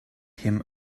him